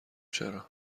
چرا